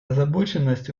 озабоченность